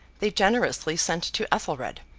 they generously sent to ethelred,